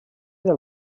del